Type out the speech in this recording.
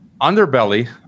underbelly